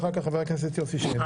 ואחר כך חבר הכנסת יוסי שיין.